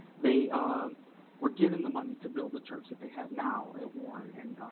they were given the money to build the church that they have now, at warren and